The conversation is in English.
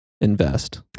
invest